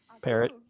Parrot